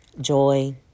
joy